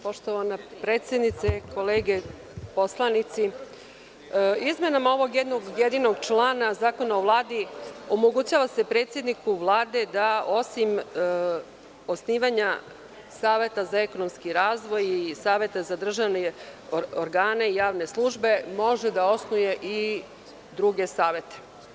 Poštovana predsednice, poslanici, izmenama ovog jednog jedinog člana Zakona o Vladi omogućava se predsedniku Vlade da osim osnivanja Saveta za ekonomski razvoj i Saveta za državne organe i javne službe može da osnuje i druge savete.